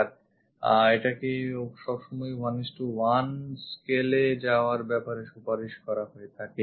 আর এটাতে সব সময়ই 11 scale এ যাওয়ার ব্যাপারে সুপারিশ করা হয়ে থাকে